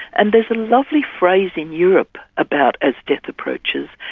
and there's a lovely phrase in europe about as death approaches,